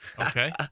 Okay